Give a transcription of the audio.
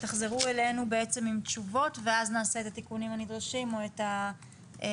תחזרו אלינו עם תשובות ואז נעשה את התיקונים הנדרשים ואת ההצבעה.